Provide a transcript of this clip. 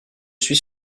suis